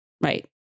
right